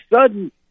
sudden